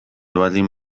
baldin